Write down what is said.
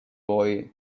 boy